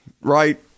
right